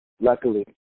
Luckily